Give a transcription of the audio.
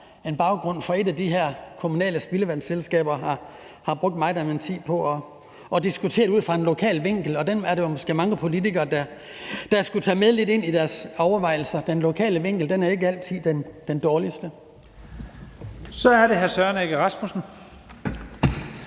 en baggrund i et af de her kommunale spildevandsselskaber, og at jeg har brugt meget af min tid på at diskutere det ud fra en lokal vinkel, og den var der jo måske mange politikere der skulle tage lidt med ind i deres overvejelser. Den lokale vinkel er ikke altid den dårligste. Kl. 14:45 Første næstformand